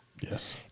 Yes